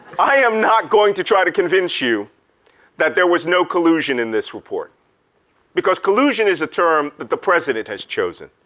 i am not going to try to convince you that there was no collusion in this report because collusion is a term that the president has chosen.